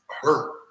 hurt